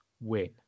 win